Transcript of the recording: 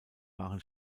waren